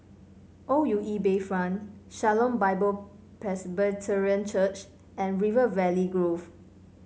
O U E Bayfront Shalom Bible Presbyterian Church and River Valley Grove